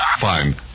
Fine